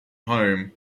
home